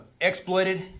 exploited